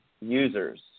users